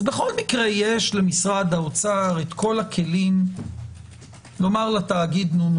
אז בכל מקרה יש למשרד האוצר כל הכלים לומר לתאגיד נו ,